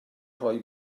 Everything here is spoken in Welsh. rhoi